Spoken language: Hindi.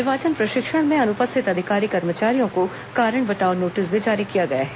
निर्वाचन प्रशिक्षण में अनुपस्थित अधिकारी कर्मचारियों को कारण बताओ नोटिस भी जारी किया गया है